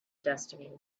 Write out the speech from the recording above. destiny